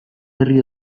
herri